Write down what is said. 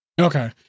Okay